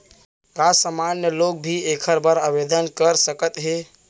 का सामान्य लोग भी एखर बर आवदेन कर सकत हे?